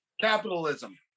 capitalism